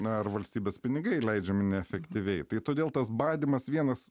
na ar valstybės pinigai leidžiami neefektyviai tai todėl tas badymas vienas